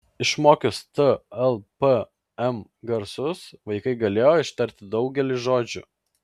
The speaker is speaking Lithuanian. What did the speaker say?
išmokius t l p m garsus vaikai galėjo ištarti daugelį žodžių